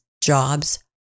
jobs